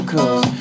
Cause